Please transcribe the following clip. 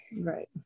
Right